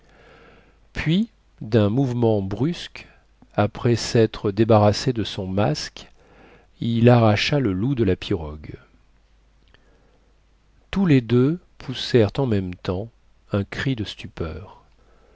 puis dun mouvement brusque après sêtre débarrassé de son masque il arracha le loup de la pirogue tous les deux poussèrent en même temps un cri de stupeur